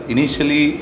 Initially